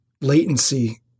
latency –